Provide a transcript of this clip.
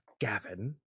Gavin